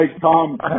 Tom